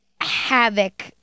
Havoc